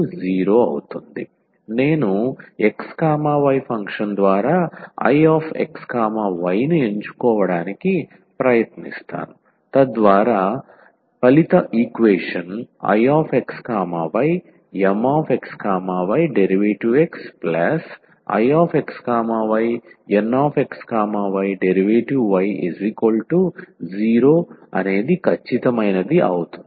MxydxNxydy0 నేను x y function ద్వారా I x y ను ఎంచుకోవడానికి ప్రయత్నిస్తాను తద్వారా ఫలిత ఈక్వేషన్ IxyMxydxIxyNxydy0 ఖచ్చితమైనది అవుతుంది